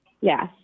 Yes